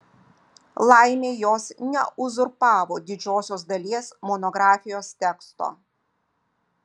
laimei jos neuzurpavo didžiosios dalies monografijos teksto